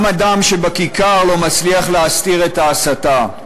גם הדם שבכיכר לא מצליח להסתיר את ההסתה,